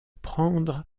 prendre